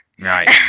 Right